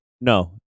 No